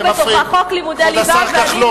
כבוד השר כחלון,